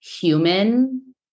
human